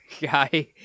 guy-